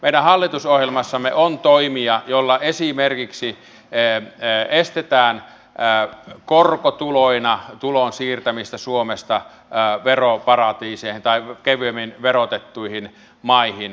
meidän hallitusohjelmassamme on toimia joilla esimerkiksi estetään korkotuloina tulon siirtämistä suomesta veroparatiiseihin tai kevyemmin verotettuihin maihin